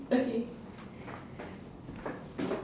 okay